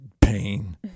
pain